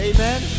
Amen